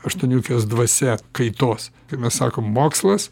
aštuoniukės dvasia kaitos kai mes sakom mokslas